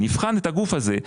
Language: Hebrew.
אני אבחן את הגוף הזה,